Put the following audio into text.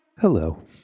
Hello